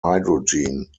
hydrogen